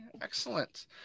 excellent